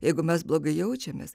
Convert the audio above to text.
jeigu mes blogai jaučiamės